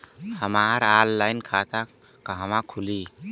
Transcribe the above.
हमार ऑनलाइन खाता कहवा खुली?